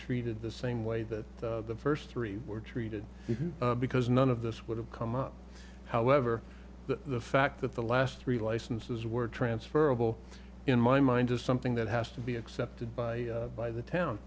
treated the same way that the first three were treated because none of this would have come out however the fact that the last three licenses were transferable in my mind to something that has to be accepted by by the town